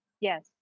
yes